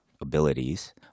abilities